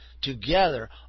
together